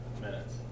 minutes